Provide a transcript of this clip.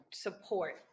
support